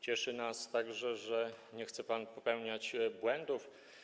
Cieszy nas także, że nie chce pan popełniać błędów.